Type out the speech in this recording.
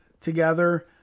together